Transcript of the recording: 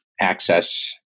access